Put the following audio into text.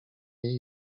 jej